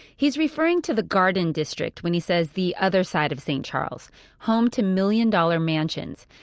he's referring to the garden district when he says the other side of st. charles home to million-dollar mansions.